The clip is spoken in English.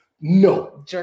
No